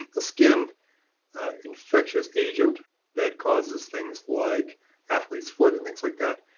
a skin infectious agent that causes things like athlete's foot and things like that.